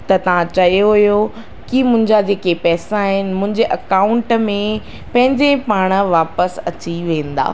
त तव्हां चयो हुओ की मुंहिंजा जेके पैसा आहिनि मुंहिंजे अकाउंट में पंहिंजे पाण वापसि अची वेंदा